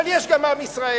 אבל יש גם עם ישראל,